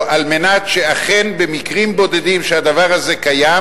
על מנת שאכן במקרים בודדים שהדבר הזה קיים,